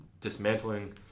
dismantling